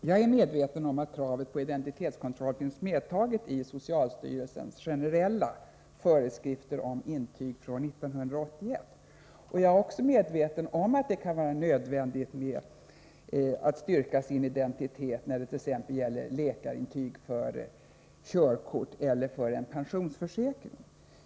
Jag är medveten om att kravet på identitetskontroll finns medtaget i socialstyrelsens generella föreskrifter om intyg från 1981. Jag är också medveten om att det kan vara nödvändigt att personer får styrka sin identitet när det t.ex. gäller läkarintyg för körkort eller för en pensionsförsäkring.